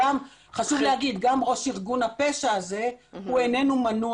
חשוב להגיד שגם ראש ארגון הפשע הזה הוא איננו מנוע